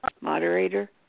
moderator